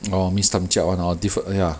oh miss tamjiak [one] hor differen~ ya